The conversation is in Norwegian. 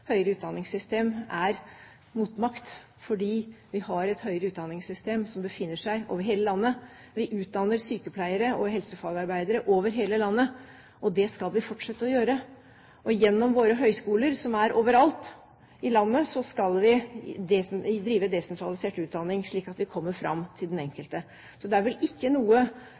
høyere utdanningssystem er motmakt, fordi vi har et høyere utdanningssystem som befinner seg over hele landet. Vi utdanner sykepleiere og helsefagarbeidere over hele landet, og det skal vi fortsette å gjøre. Gjennom våre høyskoler, som er overalt i landet, skal vi drive desentralisert utdanning, slik at vi kommer fram til den enkelte. Det er vel ikke noe